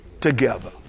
together